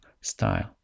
style